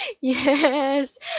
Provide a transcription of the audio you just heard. Yes